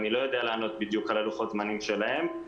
אני לא יודע לענות בדיוק על לוחות הזמנים שלהם.